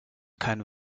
keinen